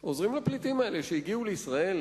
שהגיעו לישראל.